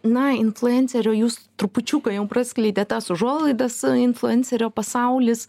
na influencerio jūs trupučiuką jau praskleidėt tas užuolaidas influencerio pasaulis